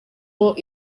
uwo